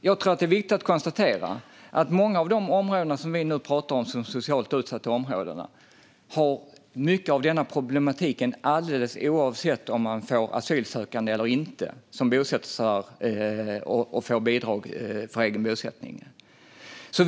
Jag tror att det är viktigt att konstatera att många av de områden som vi nu talar om som socialt utsatta har mycket av denna problematik alldeles oavsett om man får asylsökande, som bosätter sig där och får bidrag för egen bosättning, eller inte.